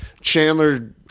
Chandler